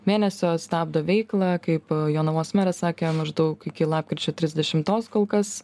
mėnesio stabdo veiklą kaip jonavos meras sakė maždaug iki lapkričio trisdešimtos kol kas